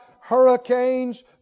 hurricanes